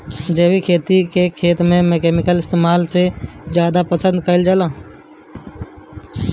जैविक खेती खेत में केमिकल इस्तेमाल से ज्यादा पसंद कईल जाला